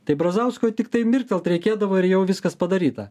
tai brazauskui tiktai mirktelt reikėdavo ir jau viskas padaryta